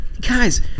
guys